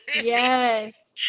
Yes